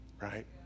right